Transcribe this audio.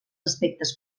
aspectes